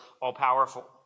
all-powerful